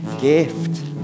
gift